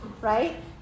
right